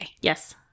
yes